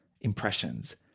impressions